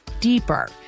deeper